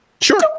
Sure